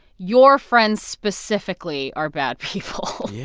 your friends specifically are bad people